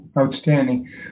outstanding